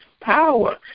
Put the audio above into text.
power